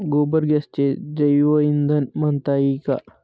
गोबर गॅसले जैवईंधन म्हनता ई का?